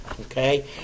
okay